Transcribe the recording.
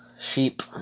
sheep